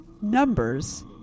numbers